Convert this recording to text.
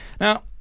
now